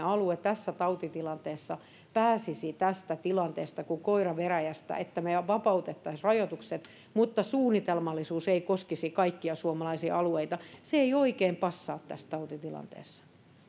alue tässä tautitilanteessa pääsisi tästä tilanteesta kuin koira veräjästä että meillä vapautettaisiin rajoitukset mutta suunnitelmallisuus ei koskisi kaikkia suomalaisia alueita ei oikein passaa tässä tautitilanteessa